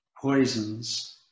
poisons